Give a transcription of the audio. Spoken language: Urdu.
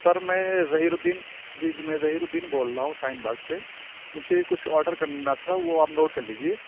سر میں ظہیرالدین جی جی میں ظہیرالدین بول رہا ہوں شاہین باغ سے مجھے کچھ آڈر کرنا تھا وہ آپ نوٹ کر لیجیے